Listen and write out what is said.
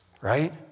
Right